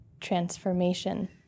transformation